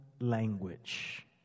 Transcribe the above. language